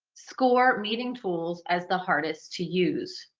score meeting tools as the hardest to use.